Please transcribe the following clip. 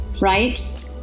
right